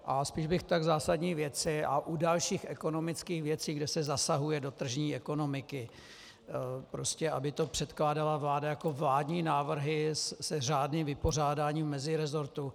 A spíš bych tak zásadní věci a u dalších ekonomických věcí, kde se zasahuje do tržní ekonomiky, prostě aby to předkládala vláda jako vládní návrhy se řádným vypořádáním mezirezortu.